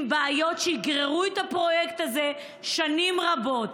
עם בעיות שיגררו את הפרויקט הזה שנים רבות.